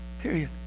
period